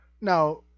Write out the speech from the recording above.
Now